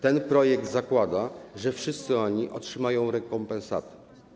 Ten projekt zakłada, że wszyscy oni otrzymają rekompensatę.